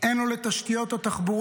אין לו לתשתיות או תחבורה,